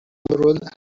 الان